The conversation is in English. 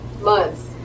months